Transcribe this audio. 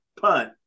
punt